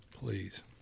please